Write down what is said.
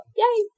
yay